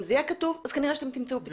אם זה יהיה כתוב, כנראה שתמצאו פתרון.